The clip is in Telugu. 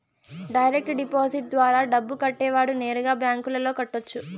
డైరెక్ట్ డిపాజిట్ ద్వారా డబ్బు కట్టేవాడు నేరుగా బ్యాంకులో కట్టొచ్చు